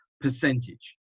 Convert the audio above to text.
percentage